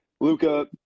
Luca